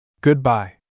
Goodbye